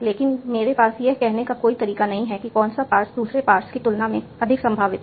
लेकिन मेरे पास यह कहने का कोई तरीका नहीं है कि कौन सा पार्स दूसरे पार्स की तुलना में अधिक संभावित है